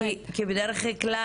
כי בדרך כלל,